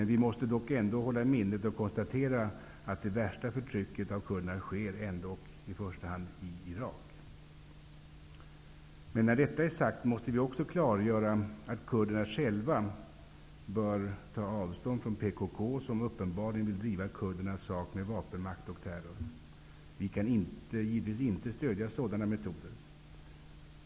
Vi måste ändock hålla i minnet och konstatera att det värsta förtrycket av kurderna sker i Irak. När detta är sagt måste vi också klargöra att kurderna själva bör ta avstånd ifrån PKK som uppenbarligen vill driva kurdernas sak med vapenmakt och terror. Vi kan givetvis inte stödja sådana metoder.